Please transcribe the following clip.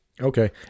Okay